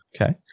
okay